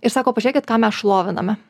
ir sako pažiūrėkit ką mes šloviname